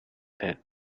that